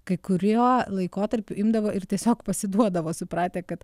kai kuriuo laikotarpiu imdavo ir tiesiog pasiduodavo supratę kad